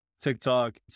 TikTok